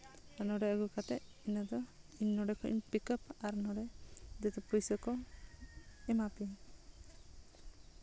ᱟᱨ ᱱᱚᱸᱰᱮ ᱟᱹᱜᱩ ᱠᱟᱛᱮᱫ ᱤᱱᱟᱹ ᱫᱚ ᱤᱧ ᱱᱚᱸᱰᱮ ᱠᱷᱚᱡ ᱤᱧ ᱯᱤᱠᱟᱯ ᱟᱨ ᱱᱚᱸᱰᱮ ᱡᱚᱛᱚ ᱯᱩᱭᱥᱟᱹ ᱠᱚ ᱮᱢᱟ ᱯᱤᱭᱟᱹᱧ